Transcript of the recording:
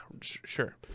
sure